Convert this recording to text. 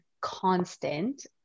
constant